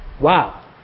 Wow